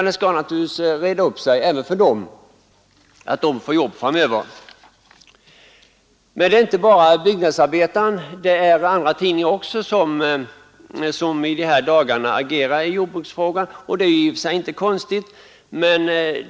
Det kommer naturligtvis att reda upp sig med arbete även för denna grupp. Men det är inte bara tidningen Byggnadsarbetaren utan också andra tidningar som i dessa dagar agerar i jordbruksfrågan.